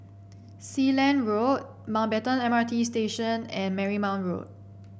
Sealand Road Mountbatten M R T Station and Marymount Road